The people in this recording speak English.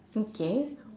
okay